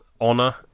Honor